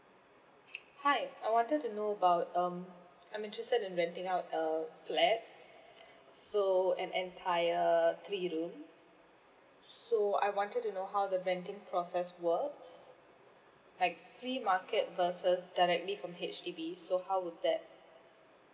hi I wanted to know about um I'm interested in renting out a flat so an entire three room so I wanted to know how the renting process works like free market versus directly from H_D_B so how would that